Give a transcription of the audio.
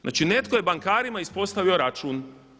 Znači, netko je bankarima ispostavio račun.